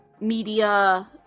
media